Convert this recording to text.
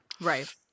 Right